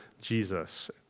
Jesus